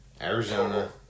Arizona